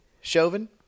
Chauvin